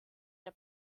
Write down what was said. der